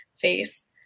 face